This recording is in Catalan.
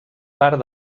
part